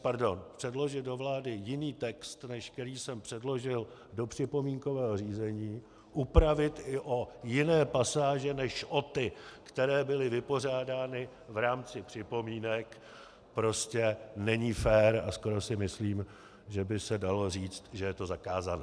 Pardon předložit do vlády jiný text, než který jsem předložil do připomínkového řízení, upravit i o jiné pasáže než o ty, které byly vypořádány v rámci připomínek prostě není fér a skoro si myslím, že by se dalo říct, že je to zakázané.